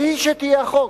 והיא שתהיה החוק.